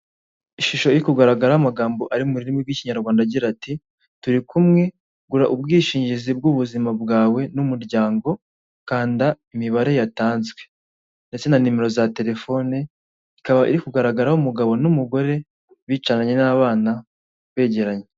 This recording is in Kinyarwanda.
Ishusho iri kugaragara amagambo ari mu rurimi rw'ikinyarwanda agira ati" turi kumwe, gura ubwishingizi bw'ubuzima bwawe n'umuryango, kanda imibare yatanzwe ndetse na nimero za telefone" ikaba iri kugaragaramo umugabo n'umugore bicaranye n'abana begeranye.